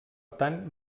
tant